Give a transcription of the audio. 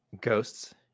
Ghosts